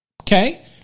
okay